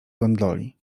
gondoli